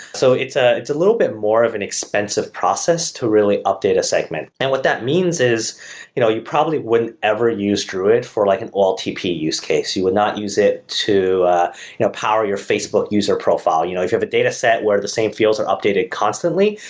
so it's ah it's a little bit more of an expensive process to really update a segment. and what that means is you know you probably wouldn't ever use druid for like an oltp use case, you would not use it to ah you know power your facebook user profile. you know if you have a data set where the same fields are updated constantly,